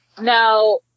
Now